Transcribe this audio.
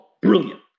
brilliant